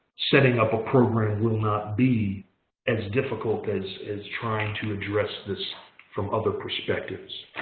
setting up a program will not be as difficult as as trying to address this from other perspectives.